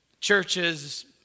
churches